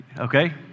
Okay